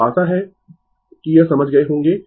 तो आशा है कि यह समझ गए होंगें